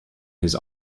his